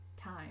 Time